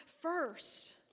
first